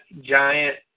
giant